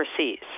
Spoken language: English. overseas